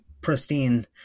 pristine